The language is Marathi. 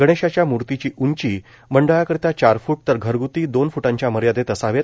गणेशाच्या मूर्तीची ऊंची मंडळाकरीता चार फ्ट तर घरग्ती दोन फ्टांच्या मर्यादेत असावेत